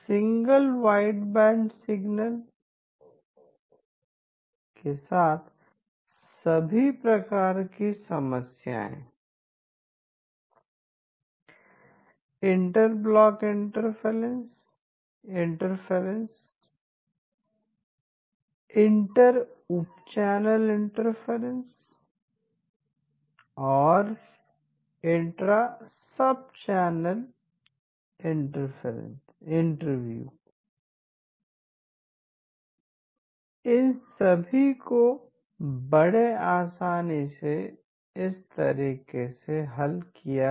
single wideband signal के साथ सभी प्रकार की समस्याएं इंटर ब्लॉक इंटरफ्रेंस इंटर उप चैनल इंटरफ्रेंस और इंट्रा सब चैनल इंटरव्यू इन सभी को बड़े आसानी से इस तरीके से हल किया गया